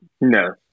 No